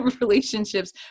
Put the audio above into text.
relationships